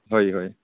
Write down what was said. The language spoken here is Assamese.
হয় হয়